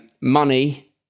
Money